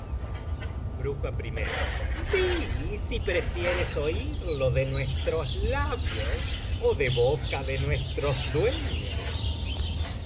contestaremos br di si prefieres oirlo de nuestros labios ó de boca de nuestros dueños